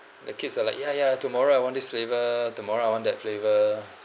the kids are like ya ya tomorrow I want this flavour tomorrow I want that flavor